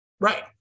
Right